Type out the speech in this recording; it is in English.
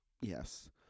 yes